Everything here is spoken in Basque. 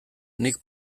nik